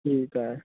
ठीकु आहे